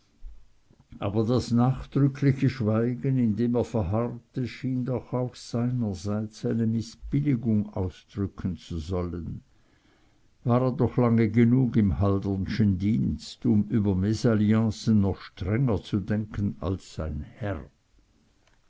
aber das nachdrückliche schweigen in dem er verharrte schien doch auch seinerseits eine mißbilligung ausdrücken zu sollen war er doch lange genug im haldernschen dienst um über mesalliancen noch strenger zu denken als sein herr